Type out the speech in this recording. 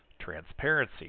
Transparency